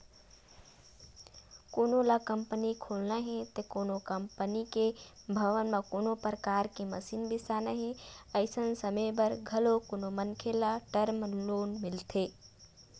कोनो ल कंपनी खोलना हे ते कोनो कंपनी के भवन म कोनो परकार के मसीन बिसाना हे अइसन समे बर घलो कोनो मनखे ल टर्म लोन मिलथे